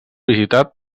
visitat